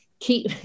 keep